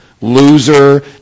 loser